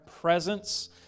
presence